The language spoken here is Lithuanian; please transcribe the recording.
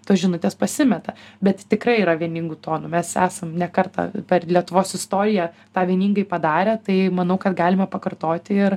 tos žinutės pasimeta bet tikrai yra vieningu tonu mes esam ne kartą per lietuvos istoriją tą vieningai padarę tai manau kad galime pakartoti ir